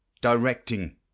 directing